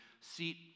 seat